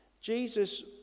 Jesus